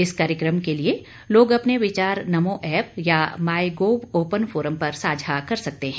इस कार्यक्रम के लिए लोग अपने विचार नमो एप या माईगोव ओपन फोरम पर साझा कर सकते हैं